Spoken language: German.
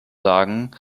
sagen